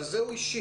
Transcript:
על זה הוא השיב.